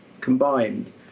combined